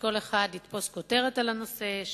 שכל אחד יתפוס כותרת על הנושא,